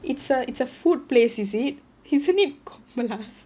it's a it's a food place is it isn't it Komala's